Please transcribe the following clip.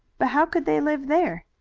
but how could they live there?